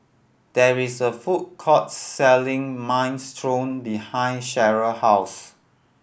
there is a food court selling Minestrone behind Cheryll house